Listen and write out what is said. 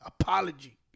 Apology